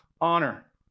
honor